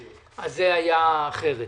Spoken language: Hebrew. זה היה אחרת.